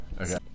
Okay